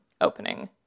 opening